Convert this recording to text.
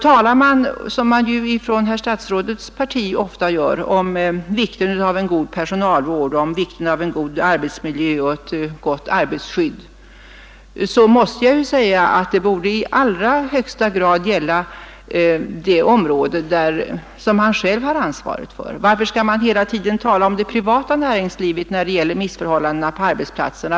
Talar man om vikten av en god personalvård, om vikten av en god arbetsmiljö och ett gott arbetarskydd, som man från herr statsrådets parti ofta gör, måste jag säga att det borde i allra högsta grad gälla det område som han själv har ansvaret för. Varför skall man hela tiden tala om det privata näringslivet när det gäller missförhållandena på arbetsplatserna?